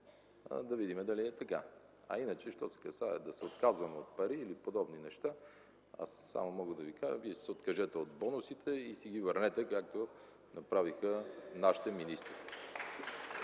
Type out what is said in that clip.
да видим дали е така. А иначе, що се касае да се отказваме от пари или подобни неща, само мога да Ви кажа: Вие си се откажете от бонусите и си ги върнете, както направиха нашите министри.